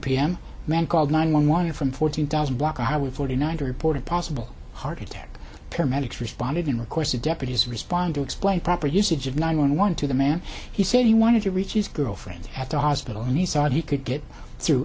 pm men called nine one one from fourteen thousand block i was forty nine hundred forty possible heart attack paramedics responded in requests the deputies responded explain proper usage of nine one one to the man he said he wanted to reach his girlfriend at the hospital and he thought he could get through